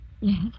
Yes